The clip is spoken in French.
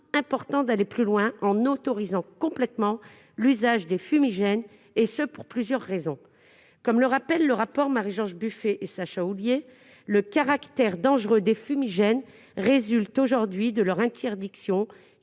important d'aller plus loin en autorisant complètement l'usage des fumigènes, et cela pour plusieurs raisons. Comme le rappelle le rapport de Marie-George Buffet et de Sacha Houlié, le caractère dangereux des fumigènes résulte aujourd'hui de leur interdiction,